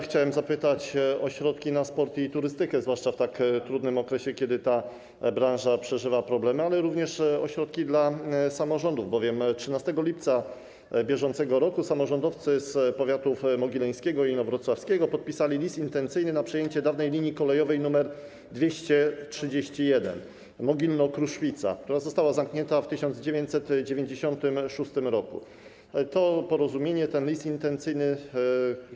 Chciałem zapytać o środki na sport i turystykę, zwłaszcza w tak trudnym okresie, kiedy ta branża przeżywa problemy, ale również o środki dla samorządów, bowiem 13 lipca br. samorządowcy z powiatów mogileńskiego i inowrocławskiego podpisali list intencyjny ws. przejęcia dawnej linii kolejowej nr 231 Mogilno - Kruszwica, która została zamknięta w 1996 r.